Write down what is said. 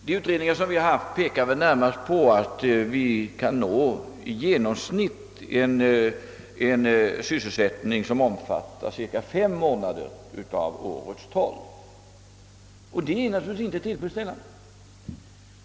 De utredningar som gjorts pekar närmast på att vi kan nå i genomsnitt en sysselsättning som omfattar cirka fem av årets tolv månader, och det är natur ligtvis inte tillfredsställande.